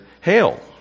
Hail